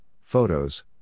photos